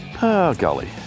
golly